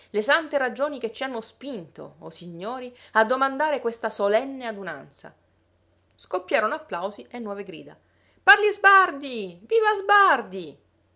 le sante ragioni che ci hanno spinto o signori a domandare questa solenne adunanza scoppiarono applausi e nuove grida parli sbardi viva sbardi